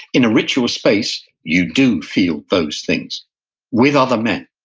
in a ritual space, you do feel those things with other men,